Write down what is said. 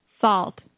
salt